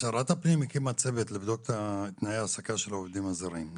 שרת הפנים הקימה צוות לבדוק את תנאי ההעסקה של העובדים הזרים,